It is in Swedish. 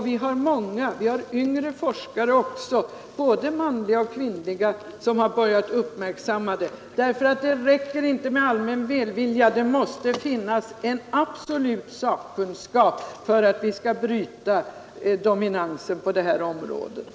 Vi har många yngre forskare också, både manliga och kvinnliga, som har börjat uppmärksamma könsrollsfrågorna därför att de insett, att det inte räcker med bara allmän välvilja; det måste också finnas en absolut sakkunskap för att vi skall kunna bryta den manliga dominansen på det här området.